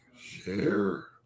Share